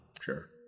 sure